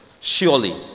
Surely